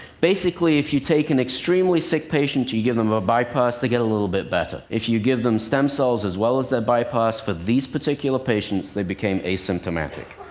basically, if you take an extremely sick patient and you give them a bypass, they get a little bit better. if you give them stem cells as well as their bypass, for these particular patients, they became asymptomatic.